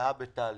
הא בהא תליא.